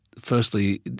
firstly